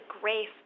grace